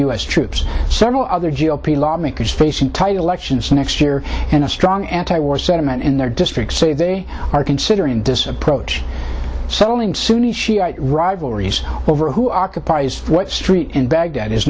s troops several other g o p lawmakers facing tight election next year and a strong anti war sentiment in their district say they are considering disapprove settling sunni shiite rivalries over who occupies what street in baghdad is